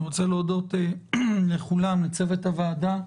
אני רוצה להודות לכולם, לצוות הוועדה,